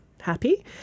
happy